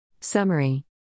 Summary